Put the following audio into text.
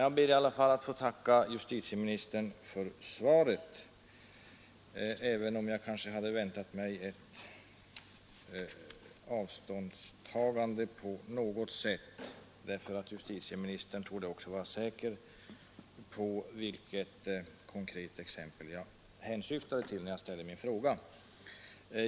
Jag ber i alla fall att få tacka justitieministern för svaret, även om jag kanske hade väntat mig ett avståndstagande på något sätt; justitieministern torde vara säker på vilket konkret exempel jag syftade på när jag ställde min fråga.